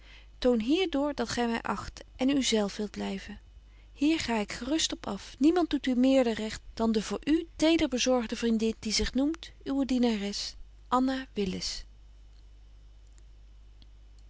hier door dat gy my acht en u zelf wilt blyven hier ga ik gerust op af niemand doet u meerder recht dan de voor u tederbezorgde vriendin die zich noemt uwe dienares